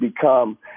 become